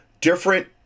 different